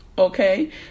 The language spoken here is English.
okay